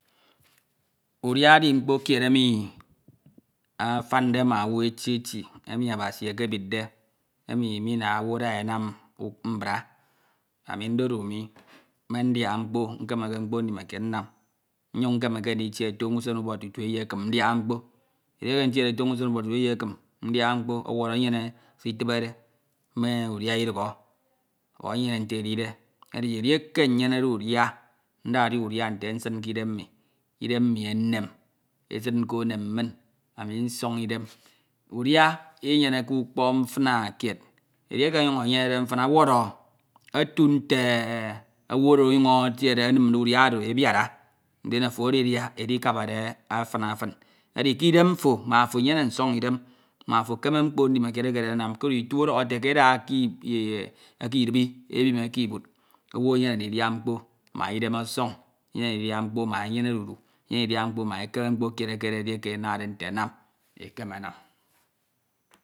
. Udia edi mkpo kied emi afande ma owu eti eti, emi Abasi eke bidde, emi minaña owu ada e anam mbra. Ami ndedu mi me ndiaha mkpo nkemeke mkpo ndimekied nnam Nnyuñ nkemeke nditie toñousen ubọk tute eyi ekim ndiaha mkpo. Edieke ntiede toño usen ubọk tutu eyi ekim ndiaha mkpo ọwọrọ enyene se itnbed me udia idukhọ ọ enyene nte efide. Edi edieke nyeneoe ucha, ndadia udia nte nsin ke idem mi, idem mi enen esid nko enem min, ami nsọñd idem Udia inyenenke ukpok mfina kied. Eyieke onyuñ enyenede mfina ọwọrọ eti nte owu oro onyuñ etiede enimae udia oro e biara, ndin ofo eaidia, edika bate afina fin Edi ke idem fo mbak ofo enyene nsọñ idem, mbak ofo ekeme mkpo ndimekied ekededi anam, koro ito edohọ ete ke eda eke iarbi ebim eke ibud. Owe enyene naidia mkpo mbak idem ọsọñ, enyene ndutia mkpo mbak enyene odud, enyene ndidia mkpo mbak e keme mkpo kied ekededi eke amade nte e nam, ekeme anam.